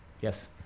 Yes